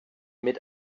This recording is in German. mit